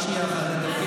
רק שנייה אחת,